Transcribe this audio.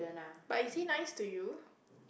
but is he nice to you